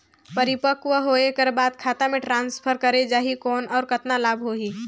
परिपक्व होय कर बाद खाता मे ट्रांसफर करे जा ही कौन और कतना लाभ होही?